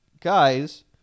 guys